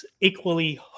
equally